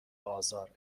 آزار